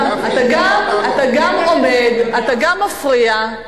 אתה גם עומד, אתה גם מפריע.